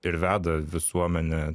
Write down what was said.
ir veda visuomenę